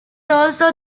also